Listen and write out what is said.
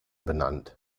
benannt